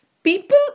People